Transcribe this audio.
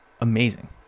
amazing